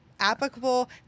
applicable